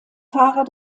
fahrer